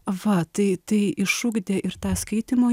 va tai tai išugdė ir tą skaitymo